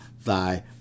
thy